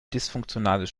dysfunktionales